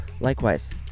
likewise